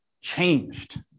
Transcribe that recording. changed